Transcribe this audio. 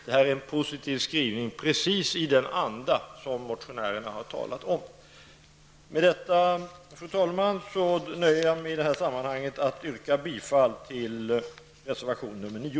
Det är en positiv skrivning precis i den anda som motionärerna har talat om. Fru talman! Med detta nöjer jag mig med att yrka bifall till reservation nr 9.